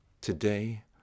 today